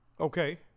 Okay